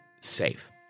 safe